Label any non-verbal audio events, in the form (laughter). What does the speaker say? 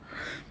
(breath)